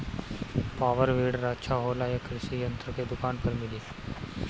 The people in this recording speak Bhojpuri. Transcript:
पॉवर वीडर अच्छा होला यह कृषि यंत्र के दुकान पर मिली?